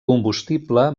combustible